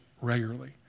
regularly